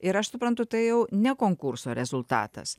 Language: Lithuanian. ir aš suprantu tai jau ne konkurso rezultatas